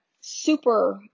super